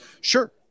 sure